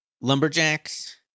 lumberjacks